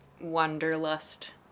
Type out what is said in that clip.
wanderlust